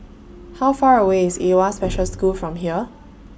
How Far away IS AWWA Special School from here